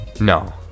No